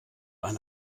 eine